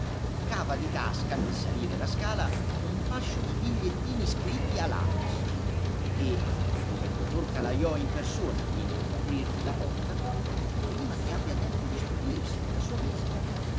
cava di tasca nel salire la scala un fascio di bigliettini scritti a lapis e come il dottor calajò in persona viene ad aprirgli la porta prima che abbia tempo di stupirsi della sua visita